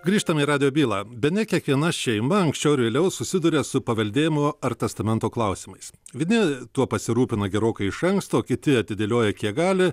grįžtam į radijo bylą bene kiekviena šeima anksčiau ar vėliau susiduria su paveldėjimu ar testamento klausimais vieni tuo pasirūpina gerokai iš anksto kiti atidėlioja kiek gali